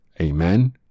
Amen